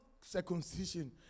circumcision